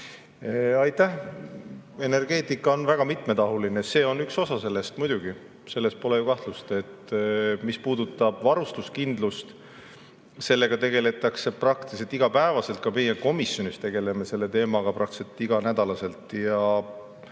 Aitäh! Energeetika on väga mitmetahuline. See on üks osa sellest, muidugi, selles pole ju kahtlust. Mis puudutab varustuskindlust, siis sellega tegeldakse praktiliselt iga päev, ka meie komisjonis tegeleme selle teemaga praktiliselt iga nädal. Kui sa